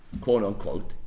quote-unquote